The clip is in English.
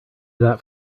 that